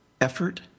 effort